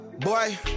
boy